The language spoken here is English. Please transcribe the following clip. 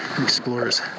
explorers